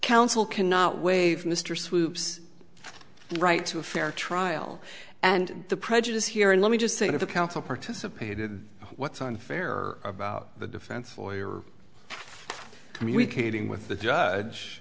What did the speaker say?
counsel cannot wave mr swoopes right to a fair trial and the prejudice here and let me just say that if the counsel participated what's unfair about the defense lawyer communicating with the judge